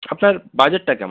আপনার বাজেটটা কেমন